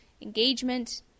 engagement